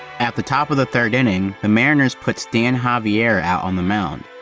at the top of the third inning, the mariners puts stan javier out on the mound.